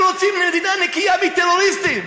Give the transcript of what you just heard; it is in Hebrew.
אנחנו רוצים מדינה נקייה מטרוריסטים.